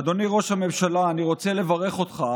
אדוני ראש הממשלה, אני רוצה לברך אותך